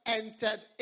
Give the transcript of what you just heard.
entered